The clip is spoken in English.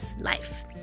life